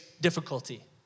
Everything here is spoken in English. difficulty